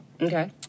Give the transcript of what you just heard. Okay